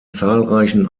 zahlreichen